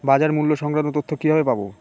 বাজার মূল্য সংক্রান্ত তথ্য কিভাবে পাবো?